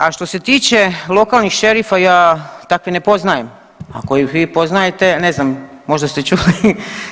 A što se tiče lokanih šerifa ja takve ne poznajem, ako ih vi poznajete, ne znam možda ste čuli.